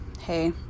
hey